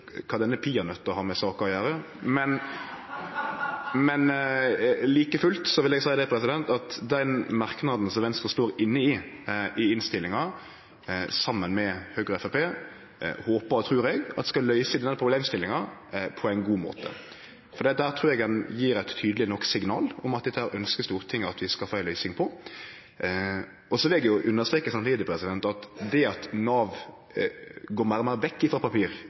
kva den peanøtta har med saka å gjere. Like fullt vil eg seie at den merknaden som Venstre står inne i i innstillinga, saman med Høgre og Framstegspartiet, håpar og trur eg skal løyse den problemstillinga på ein god måte, for der trur eg ein gjev eit tydeleg nok signal om at dette ønskjer Stortinget at vi skal få ei løysing på. Eg vil òg understreke at det at Nav går meir og meir vekk